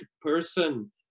person